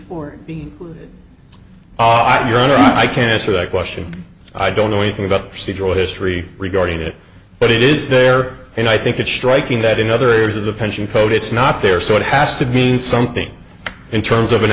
for being ironic i can't answer that question i don't know anything about procedural history regarding it but it is there and i think it's striking that in other areas of the pension code it's not there so it has to mean something in terms of an